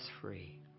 free